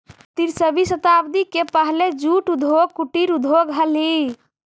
उन्नीसवीं शताब्दी के पहले जूट उद्योग कुटीर उद्योग हलइ